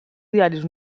diaris